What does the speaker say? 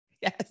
Yes